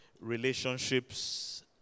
relationships